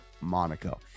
MONACO